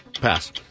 Pass